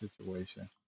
situation